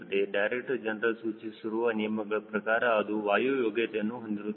director general ಸೂಚಿಸಿರುವ ನಿಯಮಗಳ ಪ್ರಕಾರ ಅದು ವಾಯು ಯೋಗ್ಯತೆಯನ್ನು ಹೊಂದಿರುತ್ತದೆ